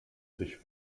sich